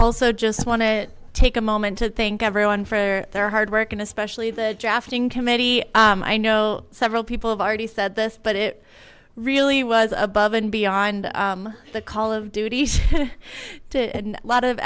also just want to take a moment to thank everyone for their hard work and especially the drafting committee i know several people have already said this but it really was above and beyond the call of duty did a lot of